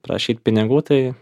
prašyt pinigų tai